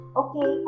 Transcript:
okay